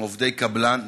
הם עובדי קבלן,